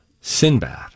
Sinbad